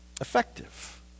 effective